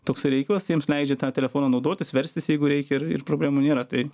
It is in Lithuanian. toksai reikalas tai jiems leidžia tą telefoną naudotis verstis jeigu reikia ir ir problemų nėra tai